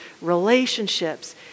relationships